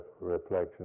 reflection